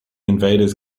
invaders